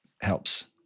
helps